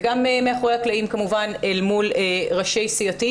וגם מאחורי הקלעים אל מול ראשי סיעתי.